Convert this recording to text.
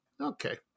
Okay